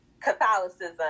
Catholicism